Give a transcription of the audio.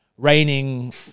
raining